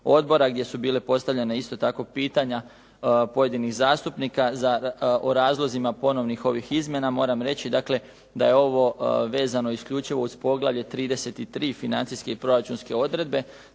gdje su bila postavljena isto tako pitanja pojedinih zastupnika o razlozima ponovnih ovih izmjena. Moram reći dakle da je ovo vezano isključivo uz Poglavlje 33 – Financijske i proračunske odredbe.